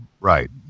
Right